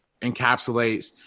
encapsulates